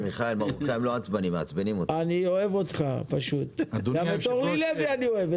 גם את אורלי לוי אני אוהב.